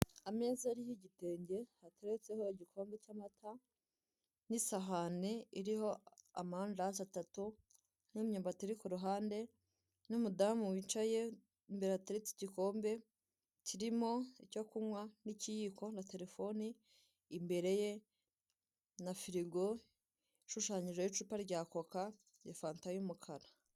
Ameza ariho igitenge hateretseho igikombe cy'amata nisahane iriho amandazi atatu n'imyumbati iri ku ruhande, n'umudu wicaye imbere hateretse igikombe kirimo icyo kunywa n'ikiyiko na terefone, imbere ye na firigo ishushanyijeho icupa rya koko na fanta y'umukara.